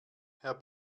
herr